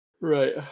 Right